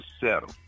settle